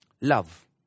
Love